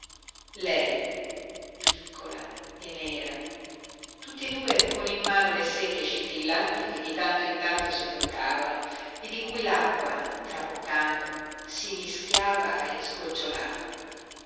lei piccola e nera tutti e due con in mano le secchie scintillanti che di tanto in tanto si toccavano e di cui l'acqua traboccando si mischiava e sgocciolava